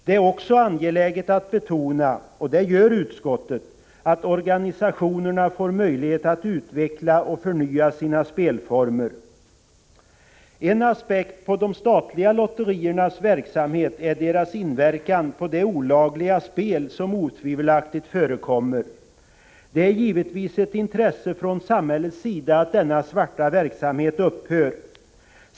Det är också angeläget att betona, och det gör utskottet, att organisationerna skall få möjlighet att utveckla och förnya sina spelformer. En aspekt på de statliga lotteriernas verksamhet är deras inverkan på det olagliga spel som otvivelaktigt förekommer. Det är givetvis ett intresse för samhället att denna ”svarta” verksamhet upphör.